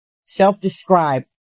self-describe